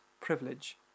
privilege